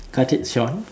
cut it Shaun